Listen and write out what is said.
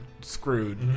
screwed